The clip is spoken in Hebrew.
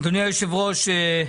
אדוני היושב-ראש,